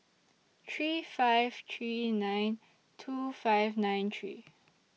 three five three nine two five nine three